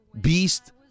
beast